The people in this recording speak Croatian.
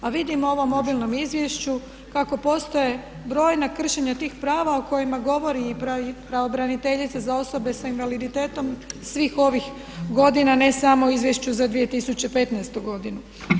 A vidim u ovom obilnom izvješću kako postoje brojna kršenja tih prava u kojima govori i pravobraniteljica za osobe sa invaliditetom svih ovih godina ne samo u izvješću za 2015.godinu.